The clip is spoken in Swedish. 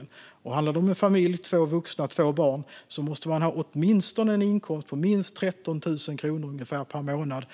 Om det handlar om en familj med två vuxna och två barn måste du ha en inkomst på minst 13 000 kronor per månad